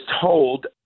told